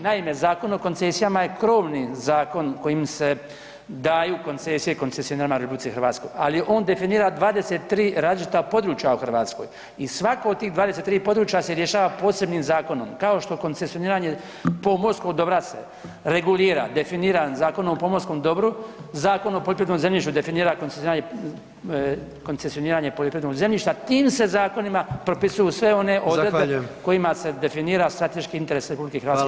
Naime, Zakon o koncesijama je krovni zakon kojim se daju koncesije koncesionarima u RH, ali on definira 23 različita područja u Hrvatskoj i svaka od tih 23 područja se rješava posebnim zakonom, kao što koncesioniranja pomorskog dobra se regulira definiran Zakonom o pomorskom dobru, Zakon o poljoprivrednom zemljištu definiranje koncesioniranja poljoprivrednog zemljišta tim se zakonima [[Upadica predsjednik: Hvala vam kolega Bačić.]] propisuju sve one odredbe kojima se definira strateški interes RH.